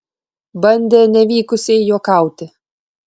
bandė nevykusiai juokauti